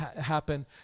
happen